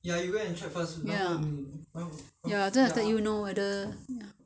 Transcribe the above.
ya then after that let you know whether